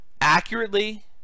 accurately